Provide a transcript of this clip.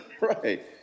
Right